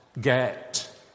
get